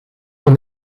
van